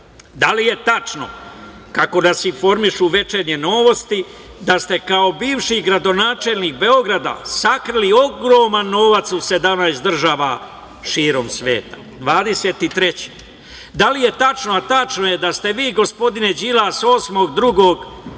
da li je tačno kako da se informišu "Večernje novosti“, da ste kao bivši gradonačelnik Beograda sakrili ogroman novac u 17 država širom sveta? Dvadeset i treće, da li je tačno, a tačno je da ste vi gospodine Đilas